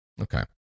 Okay